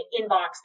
inbox